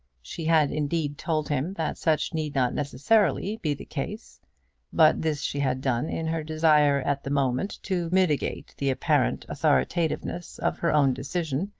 she had, indeed, told him that such need not necessarily be the case but this she had done in her desire at the moment to mitigate the apparent authoritativeness of her own decision,